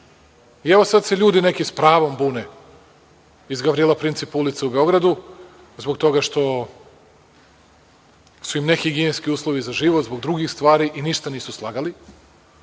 evo, sad se ljudi neki s pravom bune, iz Gavrila Principa ulice u Beogradu, zbog toga što su im nehigijenski uslovi za život, zbog drugih stvari i ništa nisu slagali,